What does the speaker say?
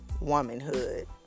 Womanhood